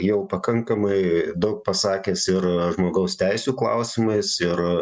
jau pakankamai daug pasakęs ir žmogaus teisių klausimais ir